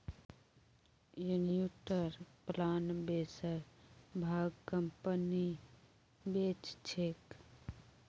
एनयूटीर प्लान बेसिर भाग कंपनी बेच छेक